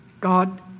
God